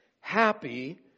Happy